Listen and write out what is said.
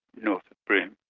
north of broome.